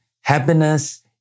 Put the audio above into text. happiness